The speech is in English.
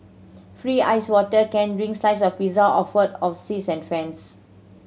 free iced water can drink slice of pizza offer of seats and fans